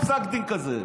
עם פסק דין כזה.